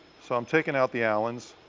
so i'm taking out the allens.